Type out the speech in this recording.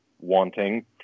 wanting